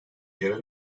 yerel